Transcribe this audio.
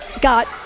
got